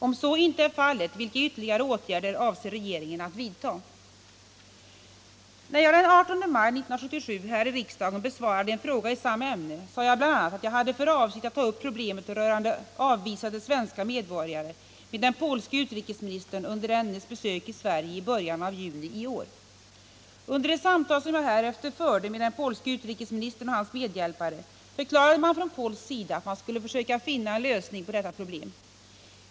Om så inte är fallet, vilka ytterligare åtgärder avser regeringen att vidtaga?” När jag den 18 maj 1977 här i riksdagen besvarade en fråga i samma ämne, sade jag bl.a. att jag hade för avsikt att ta upp problemet rörande avvisade svenska medbotgare med den polske utrikesministern under dennes besök i Sverige i början av juni i år. Under de samtal som jag härefter förde med den polske utrikesministern och hans medhjälpare förklarade man från polsk sida att man skulle försöka finna en lösning på detta problem.